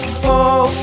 fall